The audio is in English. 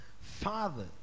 Father